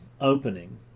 opening